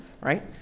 right